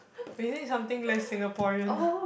isn't it something less Singaporeans